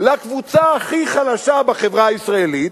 לקבוצה הכי חלשה בחברה הישראלית,